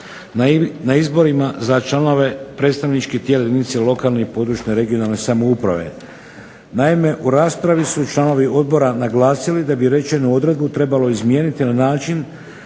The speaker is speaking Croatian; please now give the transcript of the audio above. na izborima za članove predstavničkih tijela jedinice lokalne, područne ili regionalne samouprave. Naime, u raspravi su članovi Odbora naglasili da bi odredbu trebalo promijeniti na način